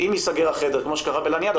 אם ייסגר החדר כמו שקרה בלניאדו.